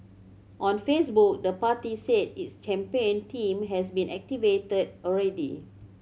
on Facebook the party said its campaign team has been activated already